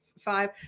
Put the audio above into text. five